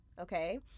okay